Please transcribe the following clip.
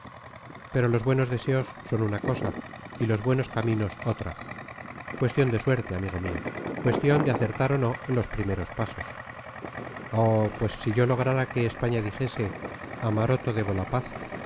pero los buenos deseos son una cosa y los buenos caminos otra cuestión de suerte amigo mío cuestión de acertar o no en los primeros pasos oh pues si yo lograra que españa dijese a maroto debo la paz